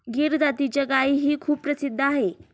गीर जातीची गायही खूप प्रसिद्ध आहे